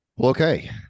Okay